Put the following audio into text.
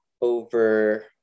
over